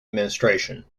administration